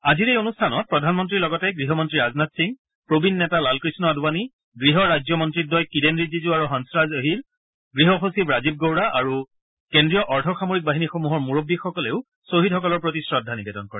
আজিৰ এই অনুষ্ঠানত প্ৰধানমন্ত্ৰীৰ লগতে গৃহমন্ত্ৰী ৰাজনাথ সিং প্ৰবীণ নেতা লালকৃষ্ণ আদৱানি গৃহ ৰাজ্য মন্ত্ৰীদ্বয় কিৰেণ ৰিজিজু আৰু হংসৰাজ অহিৰ গৃহ সচিব ৰাজীৱ গৌড়া আৰু কেন্দ্ৰীয় অৰ্ধ সামৰিক বাহিনীসমূহৰ মুৰববীসকলেও ছহিদসকলৰ প্ৰতি শ্ৰদ্ধা নিবেদন কৰে